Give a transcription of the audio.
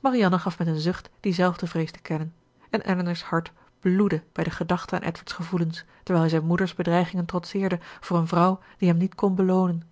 marianne gaf met een zucht die zelfde vrees te kennen en elinor's hart bloedde bij de gedachte aan edward's gevoelens terwijl hij zijn moeder's bedreigingen trotseerde voor een vrouw die hem niet kon beloonen